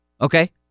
okay